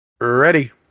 Ready